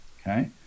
okay